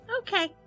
Okay